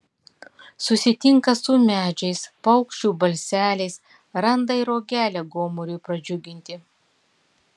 susitinka su medžiais paukščių balseliais randa ir uogelę gomuriui pradžiuginti